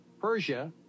Persia